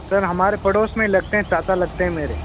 sir हमारे पड़ोस में लगते हैं चाचा चाचा लगते हैं मेरे